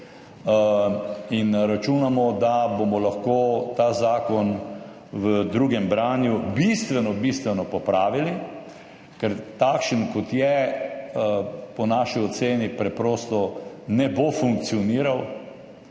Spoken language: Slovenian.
in računamo, da bomo lahko ta zakon v drugem branju bistveno, bistveno popravili, ker takšen, kot je, po naši oceni preprosto ne bo funkcioniral.